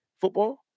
football